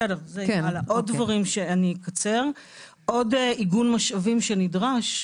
עוד איגום משאבים שנדרש,